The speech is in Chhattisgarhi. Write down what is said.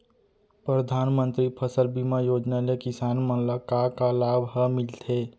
परधानमंतरी फसल बीमा योजना ले किसान मन ला का का लाभ ह मिलथे?